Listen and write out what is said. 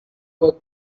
work